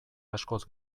askoz